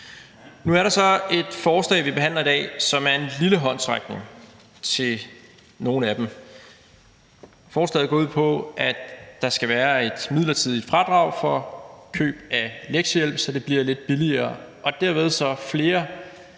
Nu behandler vi så et forslag i dag, som er en lille håndsrækning til nogle af dem. Forslaget går ud på, at der skal være et midlertidigt fradrag for køb af lektiehjælp, så det bliver lidt billigere, og så flere